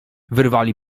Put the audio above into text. wyrwali